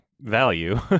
value